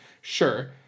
Sure